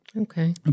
Okay